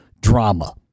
drama